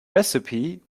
recipe